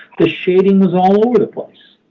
the shading was all over the place.